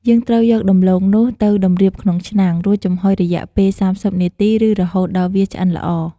យើងត្រូវយកដំឡូងនោះ ទៅតម្រៀបក្នុងឆ្នាំង រួចចំហុយរយៈពេល៣០នាទីឬ រហូតដល់វាឆ្អិនល្អ។